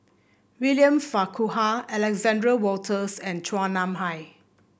William Farquhar Alexander Wolters and Chua Nam Hai